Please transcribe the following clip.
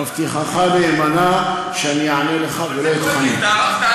מבטיחך נאמנה שאני אענה לך ולא אתחמק.